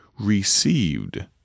received